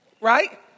right